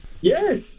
Yes